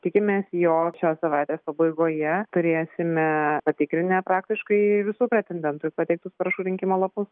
tikimės jog šios savaitės pabaigoje turėsime patikrinę praktiškai visų pretendentų pateiktus parašų rinkimo lapus